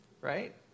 Right